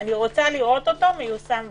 אני רוצה לראות אותו מיושם בשטח.